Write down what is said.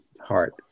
heart